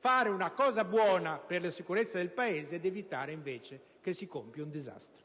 fare una cosa buona per la sicurezza del Paese ed evitare, invece, che si compia un disastro.